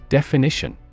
Definition